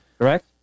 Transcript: correct